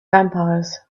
vampires